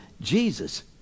Jesus